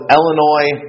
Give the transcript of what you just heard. Illinois